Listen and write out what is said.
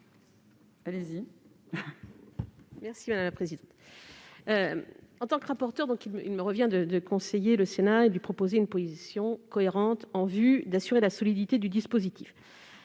elle-même présentés ? En tant que rapporteure, il me revient de conseiller le Sénat et de lui proposer une position cohérente en vue d'assurer la solidité du dispositif.